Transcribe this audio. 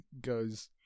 goes